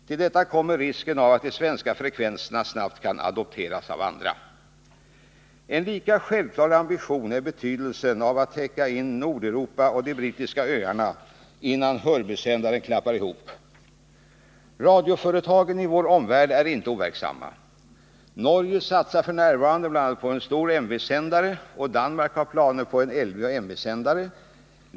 Till detta kommer risken av att de svenska frekvenserna snabbt kan adopteras av andra. En lika självklar ambition är att täcka in Nordeuropa och de brittiska öarna innan Hörbysändaren klappar ihop. Radioföretagen i vår omvärld är inte overksamma. Norge satsar f. n. på bl.a. en stor MV-sändare, och Danmark har planer på LV och MV-sändare.